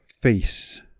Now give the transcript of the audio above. face